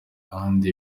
kandi